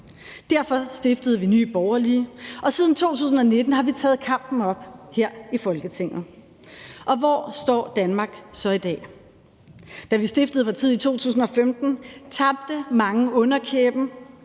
Derfor stiftede vi Nye Borgerlige og siden 2019 har vi taget kampen op her i Folketinget. Og hvor står Danmark så i dag? Da vi stiftede partiet i 2015, tabte mange underkæben,